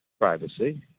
privacy